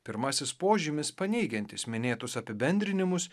pirmasis požymis paneigiantis minėtus apibendrinimus